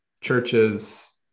churches